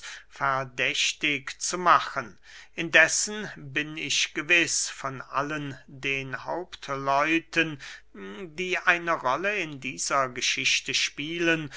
verdächtig zu machen indessen bin ich gewiß von allen den hauptleuten die eine rolle in dieser geschichte spielen